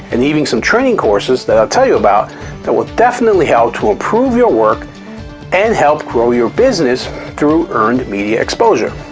and even some training courses, that i'll tell you about that will definitely help to improve your work and help grow your business through earned media exposure.